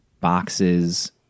boxes